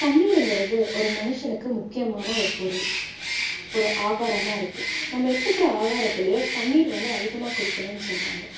தண்ணீருங்கிறது ஒரு மனுஷனுக்கு முக்கியமான ஒரு பொருள் ஒரு ஆகாரமாக இருக்குது நம்ம எடுத்துக்கிற ஆகாரத்திலேயே தண்ணீர் வந்து அதிகமாக குடிக்கணும்னு சொல்கிறாங்க